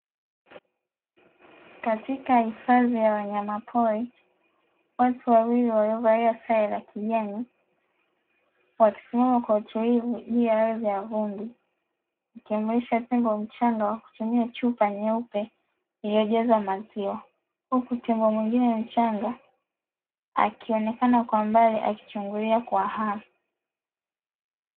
Katika hifadhi ya wanyama pori, Watu wawili waliovalia sare za kijani, wakisimama kwa utulivu juu ya ardhi ya vumbi, wakimlisha Tembo mchanga kwa kutumia chupa nyeupe ilijazwa maziwa, huku Tembo mwingine mchanga akionekana kwa mbali akichungulia kwa hamu.